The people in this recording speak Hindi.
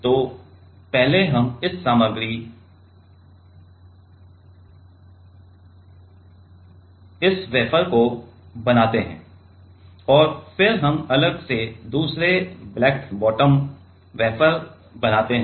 तो पहले हम इस सामग्री इस वेफर को बनाते हैं और फिर हम अलग से दूसरे ब्लैक बॉटम वेफर बनाते हैं